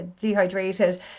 dehydrated